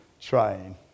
trying